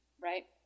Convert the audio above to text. Right